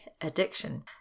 addiction